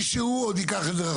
שמישהו עוד ייקח את זה רחוק יותר.